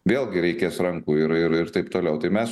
vėlgi reikės rankų ir ir ir taip toliau tai mes